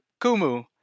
Kumu